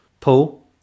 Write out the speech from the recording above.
Paul